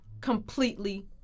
completely